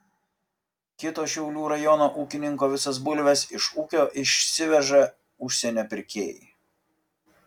kito šiaulių rajono ūkininko visas bulves iš ūkio išsiveža užsienio pirkėjai